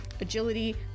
agility